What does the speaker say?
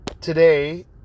Today